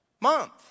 month